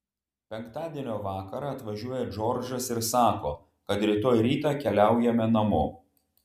penktadienio vakarą atvažiuoja džordžas ir sako kad rytoj rytą keliaujame namo